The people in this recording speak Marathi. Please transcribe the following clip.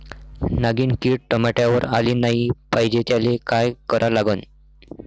नागिन किड टमाट्यावर आली नाही पाहिजे त्याले काय करा लागन?